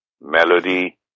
Melody